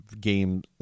game